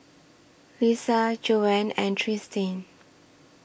Lissa Joanne and Tristin